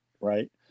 right